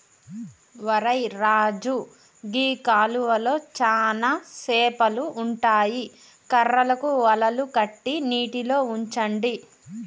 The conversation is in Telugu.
ఒరై రాజు గీ కాలువలో చానా సేపలు ఉంటాయి కర్రలకు వలలు కట్టి నీటిలో ఉంచండి